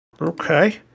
Okay